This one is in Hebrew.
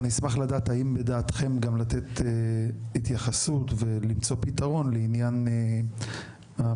אני אשמח לדעת האם לדעתכם גם לתת התייחסות ולמצוא פתרון לעניין המגורים